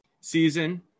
season